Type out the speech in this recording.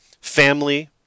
family